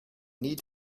need